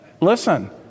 Listen